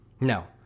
No